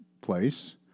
place